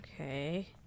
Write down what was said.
Okay